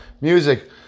Music